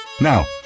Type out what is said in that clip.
Now